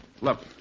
Look